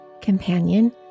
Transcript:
Companion